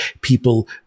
people